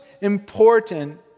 important